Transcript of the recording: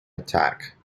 attack